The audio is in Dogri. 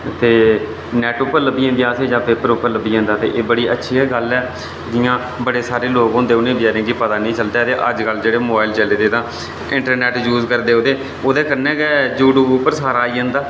ते नैट्ट पर लब्भी जंदा जां फ्ही एह् न्यूज़ पर लब्भी जंदा एह् बड़ी अच्छी गल्ल ऐ जि'यां बड़े सारे लोक होंदे उ'नेंगी गी पता निं चलदा ऐ ते अज्जकल जेह्ड़े मोबाइल चले दे इंटरनैट्ट यूज़ करदे ओह्दे कन्नै गै यूट्यूब पर सारा आई जंदा